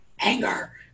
Anger